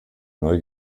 neu